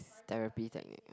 therapy technique